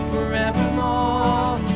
Forevermore